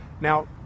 Now